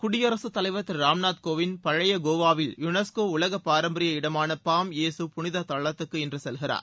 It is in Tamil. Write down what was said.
குடியரசுத் தலைவர் திரு ராம் நாத் கோவிந்த் பழைய கோவாவில் யுனஸ்கோ உலக பாரம்பரிய இடமான பாம் யேசு புனிதத் தலத்துக்கு இன்று செல்கிறார்